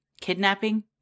kidnapping